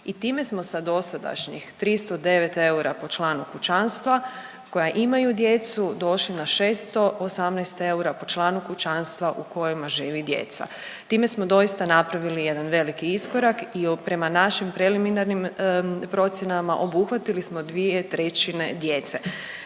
i time smo sa dosadašnjih 309 eura po članu kućanstva koja imaju djecu, došli na 618 eura po članu kućanstva u kojima žive djeca. Time smo doista napravili jedan veliki iskorak i prema našim preliminarnim procjenama, obuhvatili smo 2/3 djece.